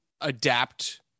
adapt